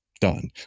done